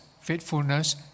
faithfulness